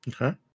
okay